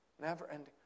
never-ending